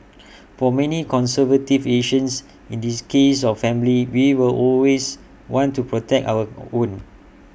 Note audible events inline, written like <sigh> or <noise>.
<noise> for many conservative Asians in this case of family we will always want to protect our own